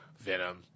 Venom